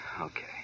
Okay